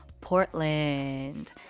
Portland